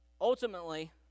ultimately